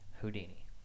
Houdini